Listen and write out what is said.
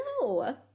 No